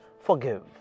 Forgive